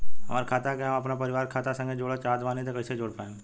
हमार खाता के हम अपना परिवार के खाता संगे जोड़े चाहत बानी त कईसे जोड़ पाएम?